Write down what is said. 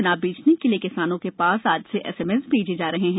चना बेचने के लिए किसानों के पास आज से एसएमएस भैजे जा रहे हैं